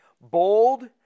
Bold